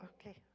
okay